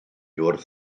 wrth